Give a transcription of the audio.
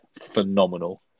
phenomenal